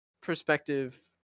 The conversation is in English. perspective